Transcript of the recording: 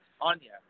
Anya